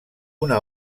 una